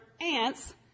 ants